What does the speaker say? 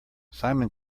simon